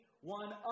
one